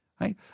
Right